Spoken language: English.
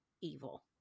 evil